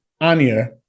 Anya